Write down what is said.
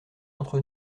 entre